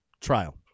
trial